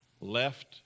left